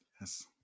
Yes